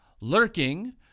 lurking